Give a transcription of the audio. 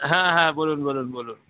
হ্যাঁ হ্যাঁ বলুন বলুন বলুন